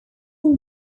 him